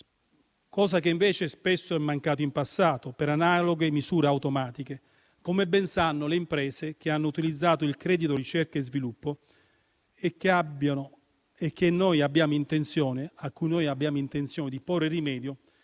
cosa che invece spesso è mancata in passato per analoghe misure automatiche, come ben sanno le imprese che hanno utilizzato il credito ricerca e sviluppo e a cui noi abbiamo intenzione di porre rimedio